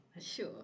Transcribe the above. Sure